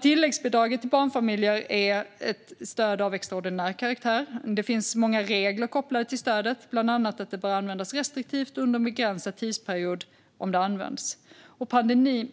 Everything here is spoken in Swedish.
Tilläggsbidraget till barnfamiljer är ett stöd av extraordinär karaktär. Men det finns många regler kopplade till stödet, bland annat att det bör användas restriktivt under en begränsad tidsperiod.